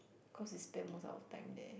cause you spend most of our time there